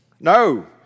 No